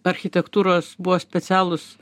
architektūros buvo specialūs